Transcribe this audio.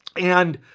and